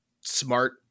smart